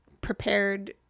prepared